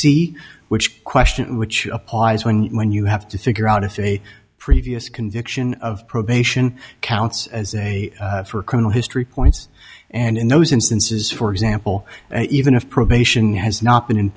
c which question which applies when you when you have to figure out if a previous conviction of probation counts as a for a criminal history points and in those instances for example and even if probation has not been in